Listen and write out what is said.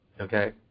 okay